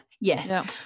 Yes